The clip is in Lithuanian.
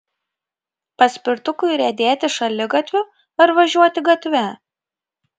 paspirtukui riedėti šaligatviu ar važiuoti gatve